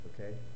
okay